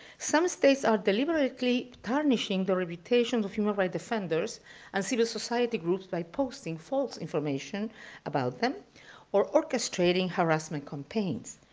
some states are deliberately tarnishing the reputation of human right defenders and civil society groups by posting false information about them or orchestrating harassment campaigns.